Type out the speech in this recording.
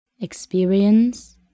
Experience